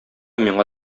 миңа